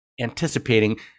anticipating